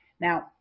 Now